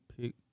pick